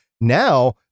Now